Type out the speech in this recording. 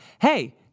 Hey